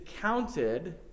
counted